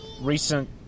recent